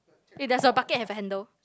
eh does your bucket have a handle